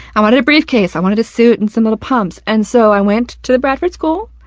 i wanted a briefcase. i wanted a suit and some little pumps. and so i went to the bradford school,